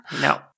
No